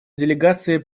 делегация